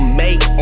make